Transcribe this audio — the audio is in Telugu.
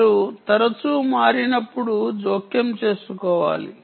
వారు తరచూ మారినప్పుడు జోక్యం చేసుకోవాలి